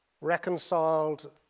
Reconciled